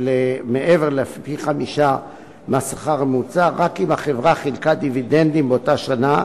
מעבר לפי-חמישה מהשכר הממוצע רק אם החברה חילקה דיבידנדים באותה שנה,